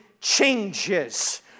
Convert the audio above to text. changes